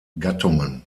gattungen